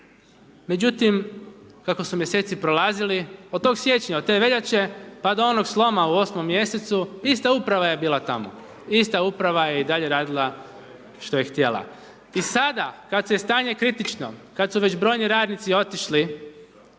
Međutim, kako su mjeseci prolazili, od tog siječnja, od te veljače pa do onog sloma u 8. mjesecu, ista Uprava je bila tamo, ista uprava je i dalje radila što je htjela. I sada kad je stanje kritično, kad su već brojni radnici otišli,